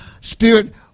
Spirit